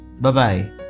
bye-bye